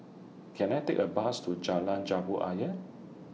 Can I Take A Bus to Jalan Jambu Ayer